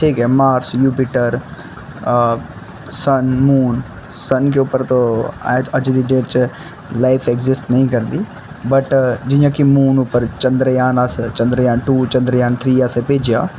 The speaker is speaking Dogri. ठीक ऐ Mars Jupiter sun moon sun उप्पर तो अज्ज दी डेट च लाइफ एग्जिस्ट नेईं करदी बट जियां कि मून उप्पर चंद्रयान अस चंद्रयान टू चंद्रयान थ्री असें भेजेआ